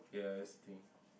ya that's the thing